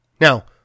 Now